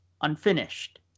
unfinished